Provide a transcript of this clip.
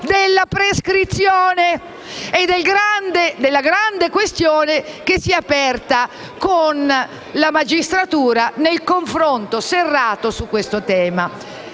è la prescrizione e la grande questione che si è aperta con la magistratura nel confronto serrato su questo tema.